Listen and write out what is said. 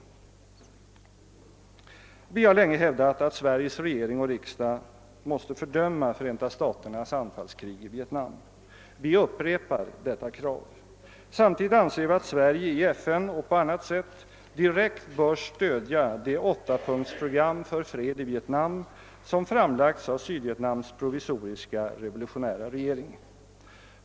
Vi har länge hävdat att Sveriges regering och riksdag måste fördöma Förenta staternas anfallskrig i Vietnam. Vi upprepar detta krav. Samtidigt anser vi att Sverige i FN och på annat sätt direkt bör stödja det åttapunktsprogram för fred i Vietnam som framlagts av Sydvietnams provisoriska revolutionära regering.